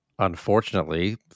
Unfortunately